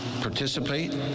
participate